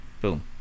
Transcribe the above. Boom